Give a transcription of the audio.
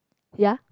ya